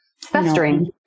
festering